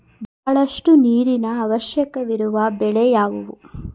ಬಹಳಷ್ಟು ನೀರಿನ ಅವಶ್ಯಕವಿರುವ ಬೆಳೆ ಯಾವುವು?